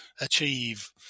achieve